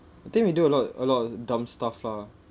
I think we do a lot a lot of dumb stuff lah